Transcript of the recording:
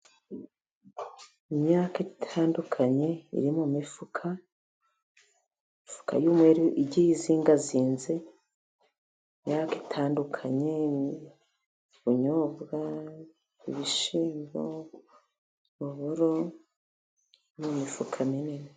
Imyaka itandukanye iri mu mifuka. Imifuka y'umweru igiye izingazinze. Iimyaka itandukanye ubunyobwa, ibishyimbo, uburo mu mifuka minini.